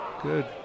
Good